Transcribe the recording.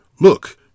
Look